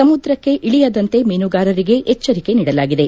ಸಮುದ್ರಕ್ಕೆ ಇಳಿಯದಂತೆ ಮೀನುಗಾರರಿಗೆ ಎಚ್ವರಿಕೆ ನೀಡಲಾಗಿದೆ